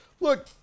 look